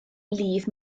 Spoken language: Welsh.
lif